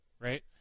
right